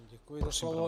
Děkuji za slovo.